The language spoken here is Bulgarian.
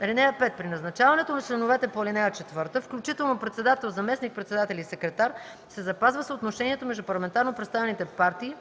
(5) При назначаването на членовете по ал. 4, включително председател, заместник-председатели и секретар, се запазва съотношението между парламентарно представените партии